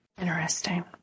Interesting